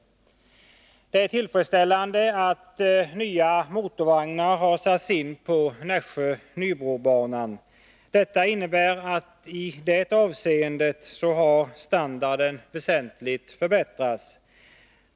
Det är tillfredsställande att nya motorvagnar har satts in på Nässjö-Nybrobanan. Det innebär att standarden i det avseendet väsentligt förbättrats.